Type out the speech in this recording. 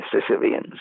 Sicilians